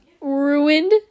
ruined